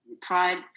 pride